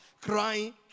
crying